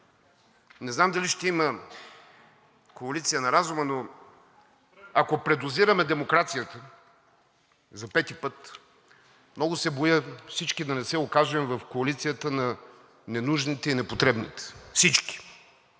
Не знам дали ще има коалиция на разума, но ако предозираме демокрацията за пети път, много се боя всички да не се окажем в коалицията на ненужните и непотребните – всички,